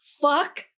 Fuck